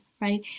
right